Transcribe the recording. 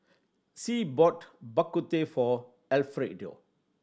Sie bought Bak Kut Teh for Elfrieda